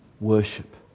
worship